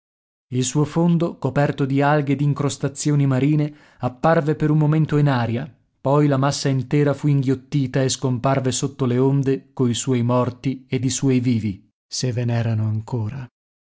il suo fondo coperto di alghe e d'incrostazioni marine apparve per un momento in aria poi la massa intera fu inghiottita e scomparve sotto le onde coi suoi morti ed i suoi vivi se ve n'erano ancora